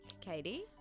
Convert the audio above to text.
Katie